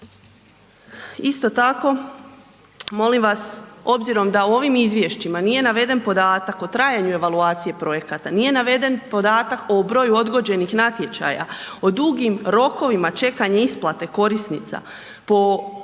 Isto tako, molim vas, obzirom da u ovim izvješćima nije naveden podatak o trajanju evaluacije projekata, nije naveden podatak o broju odgođenih natječaja, o dugim rokovima čekanja isplate korisnica, po